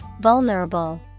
Vulnerable